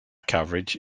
coverage